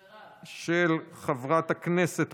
2022, לוועדת הכספים